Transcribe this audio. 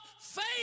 faith